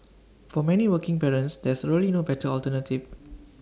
for many working parents there's really no better alternative